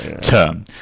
term